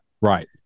Right